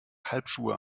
halbschuhe